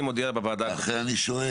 משרד הפנים הודיע בוועדה --- לכן אני שואל.